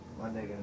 Monday